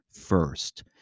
first